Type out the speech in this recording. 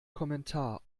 kommentar